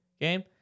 game